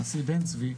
הנשיא בן צבי,